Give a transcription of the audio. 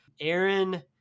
Aaron